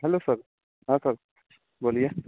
hello sir हाँ sir बोलिए